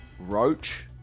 Roach